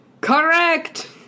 Correct